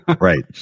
Right